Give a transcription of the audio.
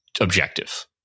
objective